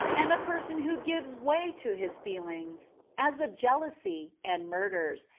and a person who gives way to his feelings, as of jealousy, and murders,